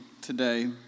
today